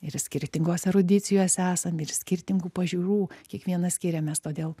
ir skirtingose erudicijose esam ir skirtingų pažiūrų kiekvienas skiriamės todėl